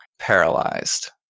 paralyzed